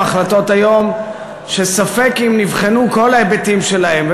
היום החלטות שספק אם נבחנו כל ההיבטים שלהן.